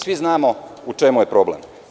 Svi znamo u čemu je problem.